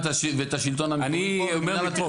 ואת השלטון המקומי פה ואת מינהל התכנון.